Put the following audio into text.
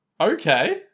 Okay